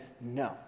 No